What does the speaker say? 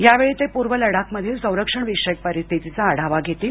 यावेळी ते पूर्व लडाख मधील संरक्षण विषयक परिस्थितीचा आढावा घेतील